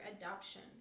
adoption